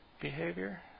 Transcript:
behavior